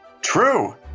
true